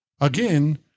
Again